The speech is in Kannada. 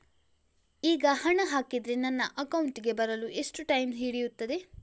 ಈಗ ಹಣ ಹಾಕಿದ್ರೆ ನನ್ನ ಅಕೌಂಟಿಗೆ ಬರಲು ಎಷ್ಟು ಟೈಮ್ ಹಿಡಿಯುತ್ತೆ?